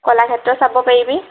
কলাক্ষেত্ৰ চাব পাৰিবি